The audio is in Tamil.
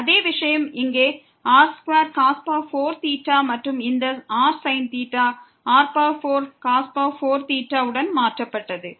அதே விஷயம் இங்கே r2 மற்றும் இந்த rsin r4 உடன் மாற்றப்பட்டது